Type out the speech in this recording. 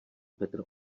petr